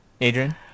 Adrian